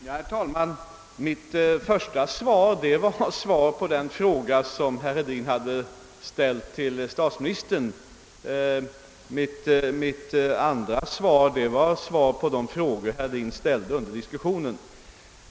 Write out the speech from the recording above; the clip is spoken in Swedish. Herr talman! Mitt första svar var svar på den fråga som herr Hedin hade riktat till statsministern. Mitt andra svar var svar på de frågor herr Hedin ställde under diskussionen.